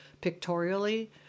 pictorially